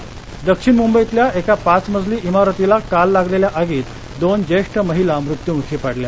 आग दक्षिण मुंबईतल्या एका पाच मजली इमारतीला काल लागलेल्या आगीत दोन ज्येष्ठ महिला मृत्युमुखी पडल्या